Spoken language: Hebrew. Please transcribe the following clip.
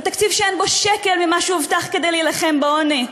זה תקציב שאין בו שקל ממה שהובטח למלחמה בעוני.